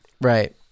Right